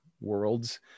worlds